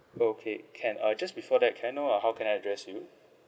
okay can uh just before that can I know uh how can I address you